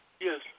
Yes